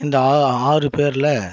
இந்த ஆ ஆறு பேரில்